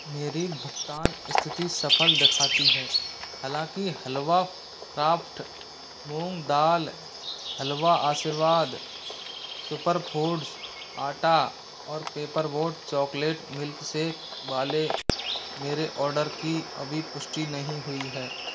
मेरी भुगतान स्थिति सफ़ल दिखाती है हालाँकि हलवा क्राफ़्ट मूँग दाल हलवा आशीर्वाद सुपर फूड्स आटा और पेपर बोट चॉकलेट मिल्कशेक वाले मेरे ऑर्डर की अभी पुष्टि नहीं हुई है